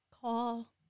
call